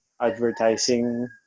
advertising